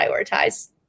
prioritize